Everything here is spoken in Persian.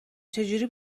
چجوری